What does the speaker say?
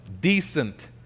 decent